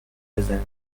بزنیم